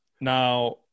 Now